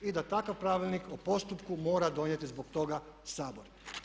I da takav pravilnik o postupku mora donijeti zbog toga Sabor.